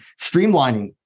streamlining